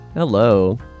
Hello